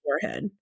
forehead